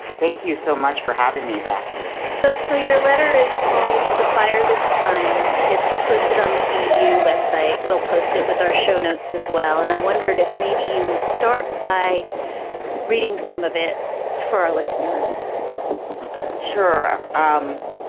thank you so much for having me back here. so so your letter is called the fire. this time it's posted on the b you website. we'll post it with our show notes as well. and i wondered if maybe you would start by reading some of it for our listeners sure. um